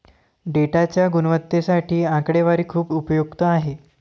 डेटाच्या गुणवत्तेसाठी आकडेवारी खूप उपयुक्त आहे